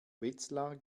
wetzlar